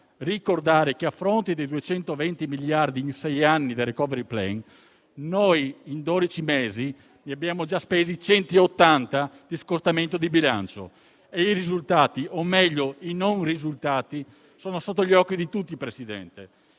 ricordare che, a fronte dei 220 miliardi in sei anni del *recovery plan*, in dodici mesi ne abbiamo già spesi 180 di scostamento di bilancio e i risultati, o meglio i non risultati sono sotto gli occhi di tutti, Presidente,